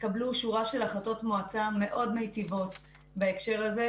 התקבלו שורה של החלטות מועצה מאוד מיטיבות בהקשר הזה,